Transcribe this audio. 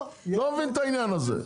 אני לא מבין את העניין הזה.